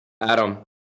adam